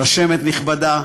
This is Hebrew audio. רשמת נכבדה,